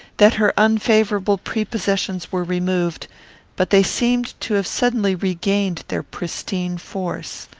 that her unfavourable prepossessions were removed but they seemed to have suddenly regained their pristine force.